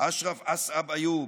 אשרף אסעד איוב,